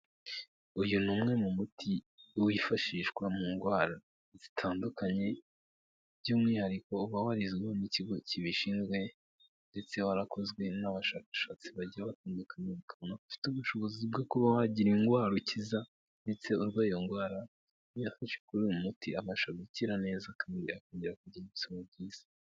Uyu ni umwe mu muti wifashishwa mu ndwara zitandukanye, by'umwihariko uba barizweho n'ikigo kibishinzwe ndetse warakozwe n'abashakashatsi batandukanye bakabona ko ufite ubushobozi bwo kuba wagira indwara ukiza ndetse urwa iyo ndwara iyo afashe kuri uyu muti abasha gukira neza akaba yakongera kugira ubuzima byiza.